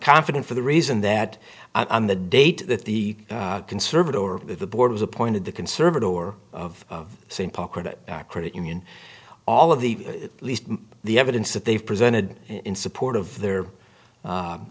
confident for the reason that i'm the date that the conservative or the board was appointed the conservative or of st paul credit credit union all of the least the evidence that they've presented in support of their